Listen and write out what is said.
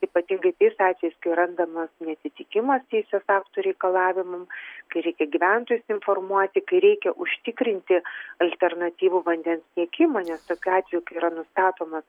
ypatingai tais atvejais kai randamas neatitikimas teisės aktų reikalavimam kai reikia gyventojus informuoti kai reikia užtikrinti alternatyvų vandens tiekimą nes tokiu atveju kai yra nustatomas